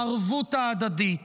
הערבות ההדדית,